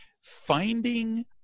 finding